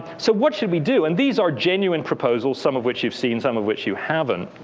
so what should we do. and these are genuine proposals. some of which you've seen. some of which you haven't.